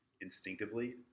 instinctively